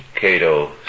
Cato